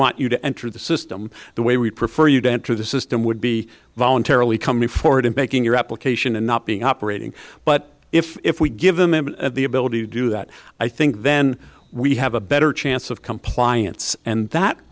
want you to enter the system the way we prefer you to enter the system would be voluntarily coming forward and making your application and not being operating but if if we give them and the ability to do that i think then we have a better chance of compliance and that